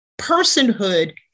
personhood